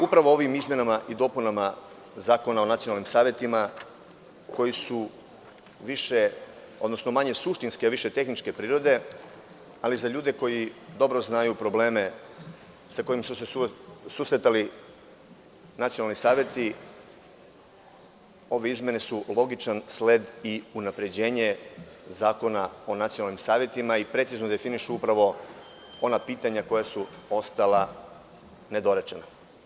Upravo ovim izmenama i dopunama Zakona o nacionalnim savetima koji su manje suštinske a više tehničke prirode, ali za ljude koji dobro znaju probleme sa kojim su se susretali nacionalni saveti, ove izmene su logičan sled i unapređenje Zakona o nacionalnim savetima i precizno definišu upravo ona pitanja koja su ostala nedorečena.